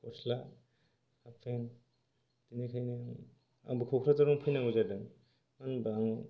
गस्ला हाफपेन्ट बेनिखायनो आंबो क'क्राजारआवनो फैनांगौ जादों होनबा आं